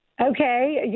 Okay